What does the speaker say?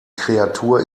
kreatur